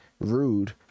rude